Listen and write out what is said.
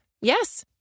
Yes